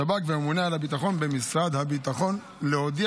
שב"כ והממונה על הביטחון במשרד הביטחון להודיע